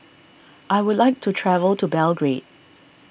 I would like to travel to Belgrade